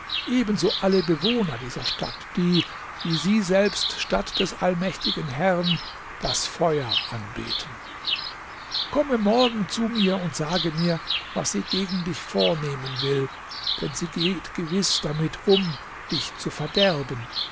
ebenso alle bewohner dieser stadt die wie sie selbst statt des allmächtigen herrn das feuer anbeten komme morgen zu mir und sage mir was sie gegen dich vornehmen will denn sie geht gewiß damit um dich zu verderben